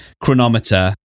chronometer